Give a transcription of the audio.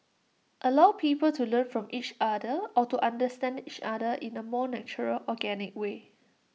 allow people to learn from each other or to understand each other in A more natural organic way